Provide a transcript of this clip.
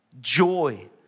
joy